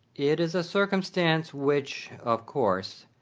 it is a circumstance which, of course,